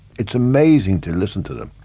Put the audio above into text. it's amazing to listen to them.